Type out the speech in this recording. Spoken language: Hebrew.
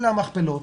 אלה המכפלות.